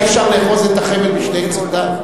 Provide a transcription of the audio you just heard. אי-אפשר לאחוז את החבל בשני קצותיו.